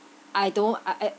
I don't uh I